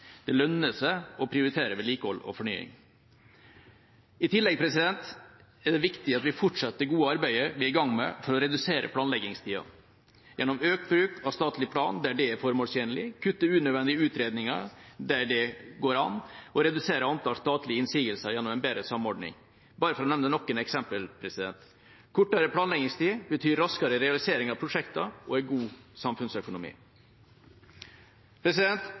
Det lønner seg å prioritere vedlikehold og fornying. I tillegg er det viktig at vi fortsetter det gode arbeidet vi er i gang med for å redusere planleggingstida gjennom økt bruk av statlig plan der det er formålstjenlig, kutte unødvendige utredninger der det går an, og redusere antall statlige innsigelser gjennom en bedre samordning – bare for å nevne noen eksempler. Kortere planleggingstid betyr raskere realisering av prosjektene og er god samfunnsøkonomi.